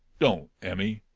don't, emmy.